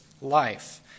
life